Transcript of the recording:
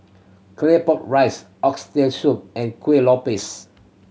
Claypot Rice Oxtail Soup and Kuih Lopes